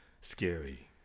scary